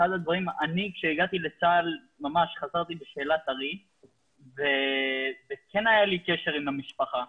כשהגעתי לצה"ל הייתי חוזר בשאלה טרי וכן היה לי קשר עם המשפחה